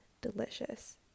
delicious